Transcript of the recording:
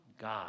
God